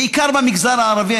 בעיקר במגזר הערבי,